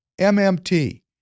MMT